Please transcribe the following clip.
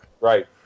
Right